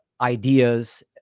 ideas